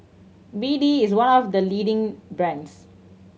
B D is one of the leading brands